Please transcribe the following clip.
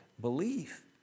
belief